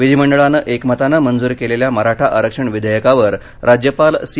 विधिमंडळानं एकमतानं मंजूर केलेल्या मराठा आरक्षण विधेयकावर राज्यपाल सी